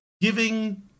giving